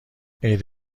عید